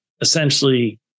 essentially